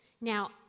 Now